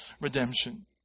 redemption